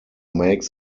make